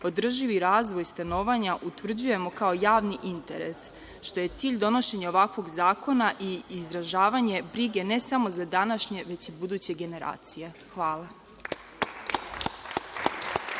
održivi razvoj stanovanja utvrđujemo kao javni interes, što je cilj donošenja ovakvog zakona i izražavanje brige ne samo za današnje već i buduće generacije. Hvala.